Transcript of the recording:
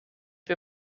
wir